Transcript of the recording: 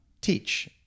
teach